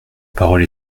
parole